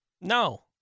no